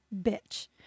bitch